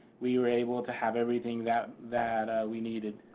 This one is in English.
we were able to have everything that that we needed,